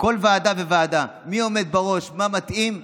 בכל ועדה וועדה, מי עומד בראש, מה מתאים,